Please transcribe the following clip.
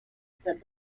said